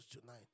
tonight